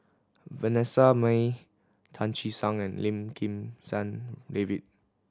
Vanessa Mae Tan Che Sang and Lim Kim San David